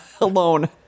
alone